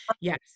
Yes